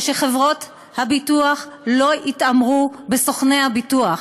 ושחברות הביטוח לא יתעמרו בסוכני הביטוח,